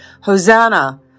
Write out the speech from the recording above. Hosanna